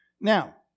Now